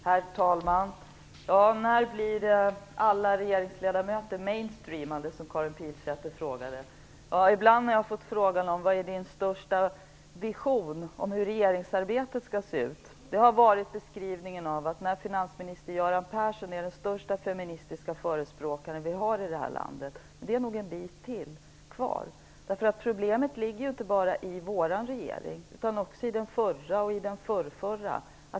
Herr talman! När blir alla regeringsledamöter "mainstreamade" frågade Karin Pilsäter. Ibland när jag har fått frågan om vilken som är min största vision om hur regeringsarbetet skall se ut har beskrivningen varit att finansminister Göran Persson är den största feministiska förespråkaren vi har i landet. Det är nog en bit kvar. Problemet finns ju inte bara i vår regering, utan också i den förra och i den förrförra.